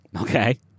Okay